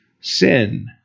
sin